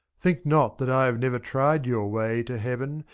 think not that i have never tried your way to heaven,